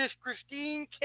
Christine